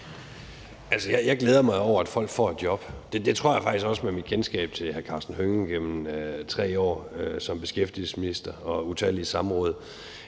jeg glæder jeg mig jo over, at folk får et job. Det tror jeg faktisk også – med mit kendskab til hr. Karsten Hønge gennem 3 år som beskæftigelsesminister og utallige samråd